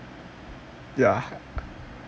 ya